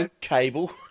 cable